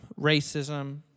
racism